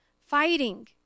fighting